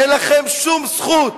אין לכם שום זכות